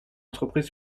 entreprise